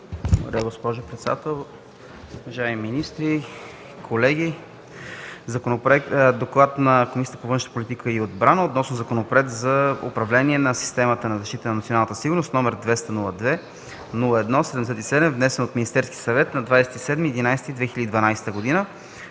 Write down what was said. Благодаря, госпожо председател. Уважаеми министри, колеги! „ДОКЛАД на Комисията по външна политика и отбрана относно Законопроект за управление на системата за защита на националната сигурност, № 202-01-77, внесен от Министерския съвет на 27 ноември